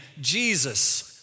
Jesus